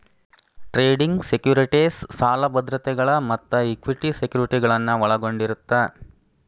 trading securities ಸಾಲ ಭದ್ರತೆಗಳ ಮತ್ತ ಇಕ್ವಿಟಿ ಸೆಕ್ಯುರಿಟಿಗಳನ್ನ ಒಳಗೊಂಡಿರತ್ತ